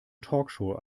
talkshow